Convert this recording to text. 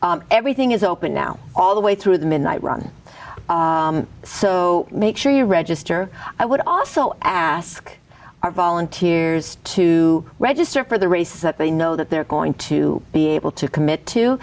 available everything is open now all the way through the midnight run so make sure you register i would also ask our volunteers to register for the race that they know that they're going to be able to commit to